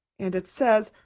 and it says,